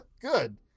Good